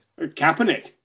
Kaepernick